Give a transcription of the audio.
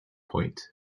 point